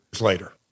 later